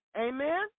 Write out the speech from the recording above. Amen